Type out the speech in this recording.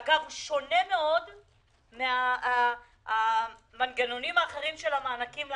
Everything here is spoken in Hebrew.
שאגב הסיוע לו שונה מאוד מן המנגנונים האחרים של המענקים לעסקים,